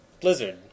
Blizzard